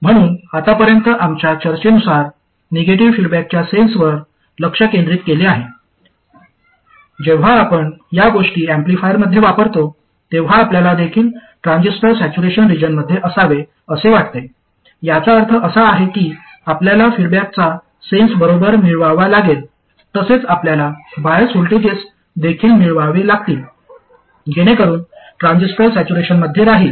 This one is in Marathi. म्हणून आतापर्यंत आमच्या चर्चेनुसार निगेटिव्ह फीडबॅकच्या सेन्सवर लक्ष केंद्रित केले आहे जेव्हा आपण या गोष्टी एम्पलीफायरमध्ये वापरतो तेव्हा आपल्याला देखील ट्रांझिस्टर सॅच्युरेशन रिजनमध्ये असावे असे वाटते याचा अर्थ असा आहे की आपल्याला फीडबॅकचा सेन्स बरोबर मिळवावा लागेल तसेच आपल्याला बायस व्होल्टेजेस देखील मिळवावे लागतील जेणेकरुन ट्रान्झिस्टर सॅच्युरेशनमध्ये राहील